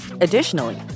Additionally